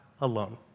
alone